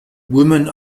women